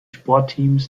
sportteams